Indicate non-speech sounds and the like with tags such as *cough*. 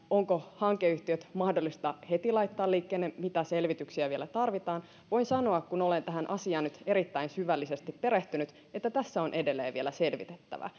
onko hankeyhtiöt mahdollista heti laittaa liikkeelle mitä selvityksiä vielä tarvitaan voin sanoa kun olen tähän asiaan nyt erittäin syvällisesti perehtynyt että tässä on edelleen vielä selvitettävää *unintelligible*